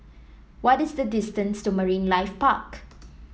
what is the distance to Marine Life Park